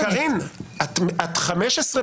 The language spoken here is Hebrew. וגם השינוי